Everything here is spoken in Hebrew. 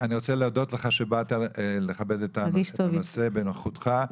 אני רוצה להודות לך שבאת לכבד את הנושא בנוכחותך.